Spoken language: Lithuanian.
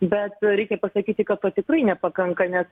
bet reikia pasakyti kad to tikrai nepakanka nes